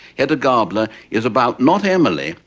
hedda gabler is about, not emily,